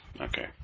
okay